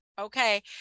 okay